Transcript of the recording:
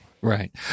right